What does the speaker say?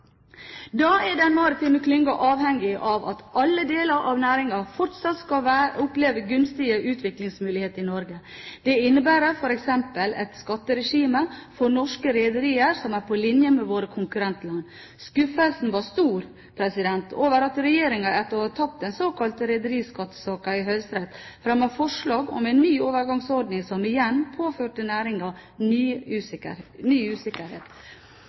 Da er den maritime klyngen avhengig av at alle deler av næringen fortsatt får oppleve gunstige utviklingsmuligheter i Norge. Det innebærer f.eks. et skatteregime for norske rederier som er på linje med våre konkurrentlands. Skuffelsen var stor over at regjeringen, etter å ha tapt den såkalte rederiskattesaken i Høyesterett, fremmet forslag om en ny overgangsordning som igjen påførte næringen ny usikkerhet.